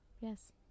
Yes